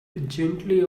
gently